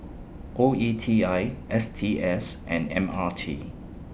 O E T I S T S and M R T